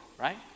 right